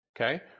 Okay